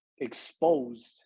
exposed